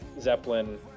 Zeppelin